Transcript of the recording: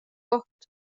koht